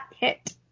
hit